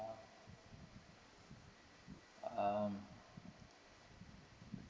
um